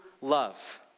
love